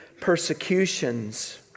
persecutions